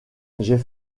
j’ai